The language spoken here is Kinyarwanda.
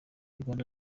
rwanda